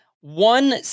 one